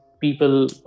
people